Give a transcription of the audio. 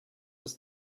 was